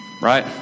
Right